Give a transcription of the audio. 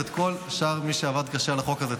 ואת כל שאר מי שעבד קשה על החוק הזה.